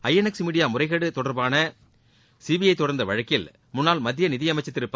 INX media முறைகேடு தொடர்பாக CBI தொடர்ந்த வழக்கில் முன்னாள் மத்திய நிதியமைச்ச் திரு ப